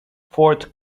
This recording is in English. fort